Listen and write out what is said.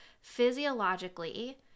physiologically